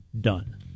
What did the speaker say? done